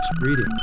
reading